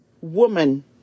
woman